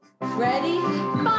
Ready